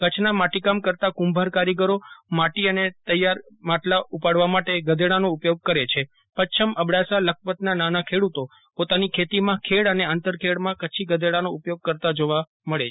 કચ્છના માટીકામ કરતા કુંભાર કારીગરો માટી અને તૈયાર માટલા ઉપાડવા માટે ગધેડાનો ઉપયોગ કરે છે પચ્છમ અબડાસા લખપતના નાના ખેડૂતો પોતાની ખેતીમાં ખેડ અને આંતરખેડમાં કચ્છી ગધેડાનો ઉપયોગ કરતા જોવા મળે છે